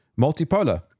Multipolar